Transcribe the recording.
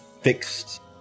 fixed